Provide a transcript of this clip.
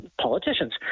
politicians